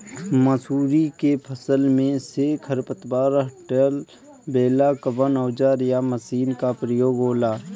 मसुरी के फसल मे से खरपतवार हटावेला कवन औजार या मशीन का प्रयोंग होला?